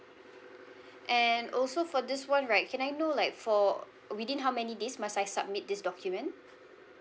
and also for this one right can I know like for within how many days must I submit this document